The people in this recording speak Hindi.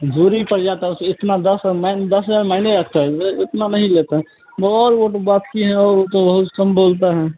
दूरी पर जाता है उससे इतना दस मायने दस हज़ार मायने रखता है इतना नहीं लेता है और वो तो बात किए हैं और वो तो बहुत कम बोलते हैं